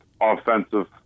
offensive